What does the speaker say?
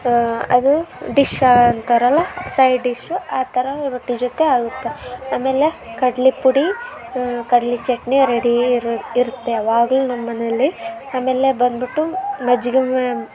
ಅದು ಡಿಶ್ಶಾ ಅಂತಾರಲ್ಲ ಸೈಡ್ ಡಿಶ್ಶು ಆ ಥರ ರೊಟ್ಟಿ ಜೊತೆ ಆಗುತ್ತೆ ಆಮೇಲೆ ಕಡ್ಲೆ ಪುಡಿ ಕಡ್ಲೆ ಚಟ್ನಿ ರೆಡೀ ಇರು ಇರುತ್ತೆ ಯಾವಾಗಲೂ ನಮ್ಮಮನೇಲ್ಲಿ ಆಮೇಲೆ ಬಂದುಬಿಟ್ಟು ಮಜ್ಜಿಗೆ